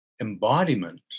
embodiment